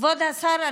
כבוד השר,